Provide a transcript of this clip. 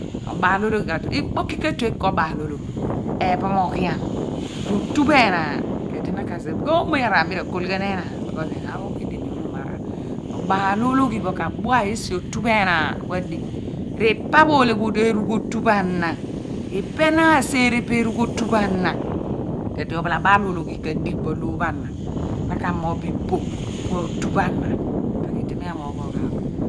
Obaal ohgi ka tol ikpoki ke/me eko onaal onghi, eephomoghian, ro tu pho enan bi ken self uomo pho iraar pho mi ba ko ighan enaan. Enaan pho ku odiemom omo pho araa obaialologhi pho ku adua esi enaan, rok pho enaan ku adigh ri pa pho ikoghi erugh otu pho ana, ipe pho na aseere bu erugh otu pho ana ku di iphala baal ologhi ka me diga bo loor pho ama na ka moogh bo iboh po otu pho am ipe kue di mi amoogh onhaaph.